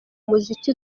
umuziki